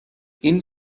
این